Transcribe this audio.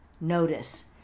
notice